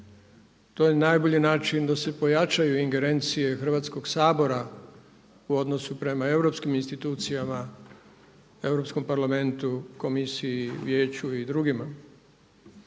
To je najbolji način da se pojačaju ingerencije Hrvatskog sabora u odnosu prema europskim institucijama, Europskom parlamentu, komisiji, vijeću i drugima.